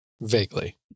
Vaguely